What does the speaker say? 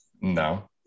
No